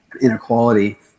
inequality